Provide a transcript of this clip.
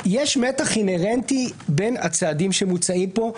יש מתח אינהרנטי בין הצעדים שמוצעים פה,